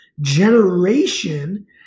Generation